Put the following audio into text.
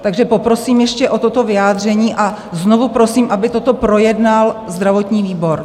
Takže poprosím ještě o toto vyjádření a znovu prosím, aby toto projednal zdravotní výbor.